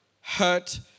hurt